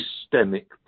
systemic